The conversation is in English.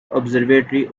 observatory